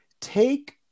take